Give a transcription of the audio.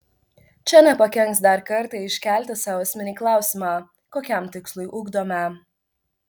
čia nepakenks dar kartą iškelti sau esminį klausimą kokiam tikslui ugdome